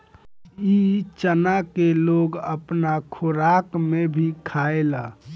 इ चना के लोग अपना खोराक में भी खायेला